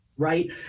right